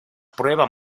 prueba